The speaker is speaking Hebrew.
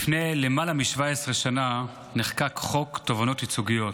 לפני למעלה מ-17 שנה נחקק חוק תובענות ייצוגיות.